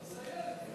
בסיירת.